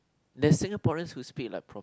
that Singaporean would speak like proper